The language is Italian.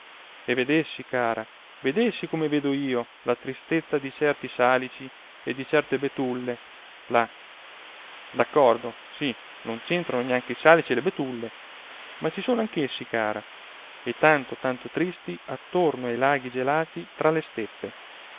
e vedessi cara vedessi come vedo io la tristezza di certi salici e di certe betulle là d'accordo sì non centrano neanche i salici e le betulle ma ci sono anch'essi cara e tanto tanto tristi attorno ai laghi gelati tra le steppe